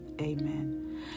amen